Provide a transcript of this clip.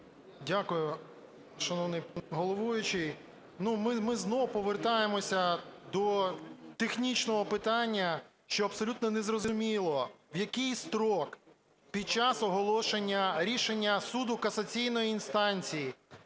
Дякую, шановний головуючий. Ми знову повертаємося до технічного питання, що абсолютно не зрозуміло, в який строк. Під час оголошення рішення суду касаційної інстанції,